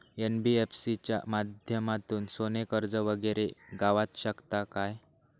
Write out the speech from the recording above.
NBFC च्या माध्यमातून सोने कर्ज वगैरे गावात शकता काय?